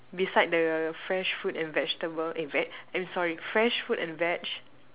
beside the fresh fruit and vegetables eh veg I'm sorry fresh fruits and veg